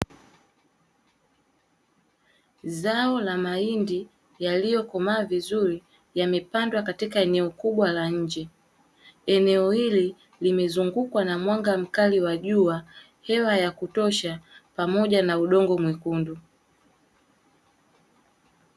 Zao la mahindi yaliyokomaa vizuri yamepandwa katika eneo kubwa la nje, eneo hili limezungukwa na mwanga mkali wa jua, hewa ya kutosha pamoja na udongo mwekundu.